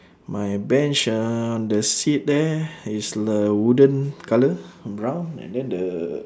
my bench ah the seat there is like a wooden colour brown and then the